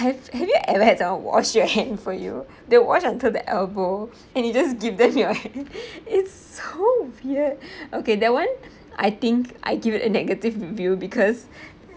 have have you ever had someone wash your had for you they wash until the elbow and you just give them you hands it's so weird okay that one I think I'd give it a negative view because